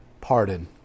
pardon